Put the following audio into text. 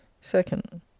second